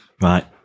Right